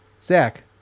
Zach